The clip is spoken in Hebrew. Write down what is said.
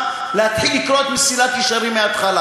להתחיל לקרוא את "מסילת ישרים" מהתחלה.